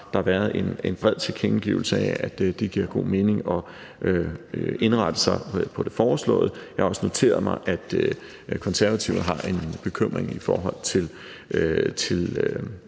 har der været en bred tilkendegivelse af, at det giver god mening at indrette sig på det foreslåede. Jeg har også noteret mig, at De Konservative har en bekymring i forhold til